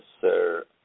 Sir